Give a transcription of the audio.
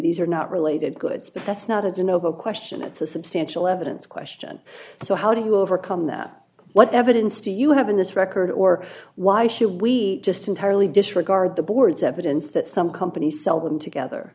these are not related goods but that's not a question it's a substantial evidence question so how do you overcome that what evidence do you have in this record or why should we just entirely disregard the board's evidence that some companies sell them together